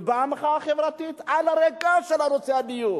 ובאה מחאה חברתית על הרקע של הדיור.